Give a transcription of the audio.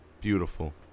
Beautiful